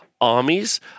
armies